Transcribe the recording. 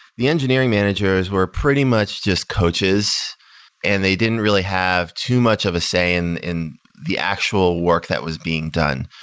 the engineering managers were pretty much just coaches and they didn't really have too much of a say in in the actual work that was being done.